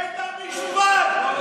בית המשפט, לא היועץ, בית המשפט.